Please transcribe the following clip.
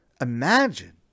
imagine